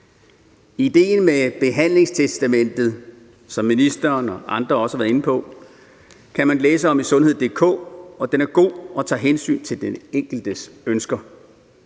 Idéen med behandlingstestamentet, som ministeren og andre også har været inde på, kan man læse om på www.sundhed.dk. Den er god og tager hensyn til den enkeltes ønsker.